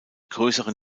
größeren